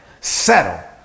settle